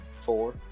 four